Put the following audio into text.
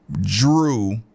drew